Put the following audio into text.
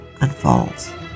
unfolds